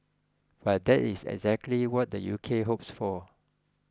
but that is exactly what the U K hopes for